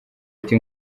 ati